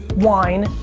wine,